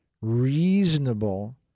reasonable